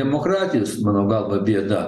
demokratijos mano galva bėda